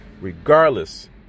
regardless